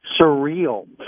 surreal